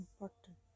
important